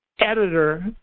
editor